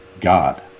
God